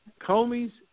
Comey's